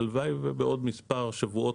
הלוואי ובעוד מספר שבועות,